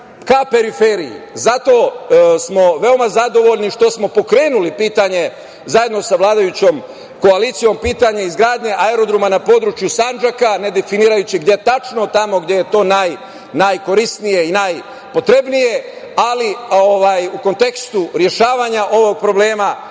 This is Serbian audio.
ka periferiji. Zato smo veoma zadovoljni što smo pokrenuli pitanje, zajedno sa vladajućom koalicijom, pitanje izgradnje aerodroma na području Sandžaka, ne definišući gde tačno, tamo gde je to najkorisnije i najpotrebnije. U kontekstu rešavanja ovog problema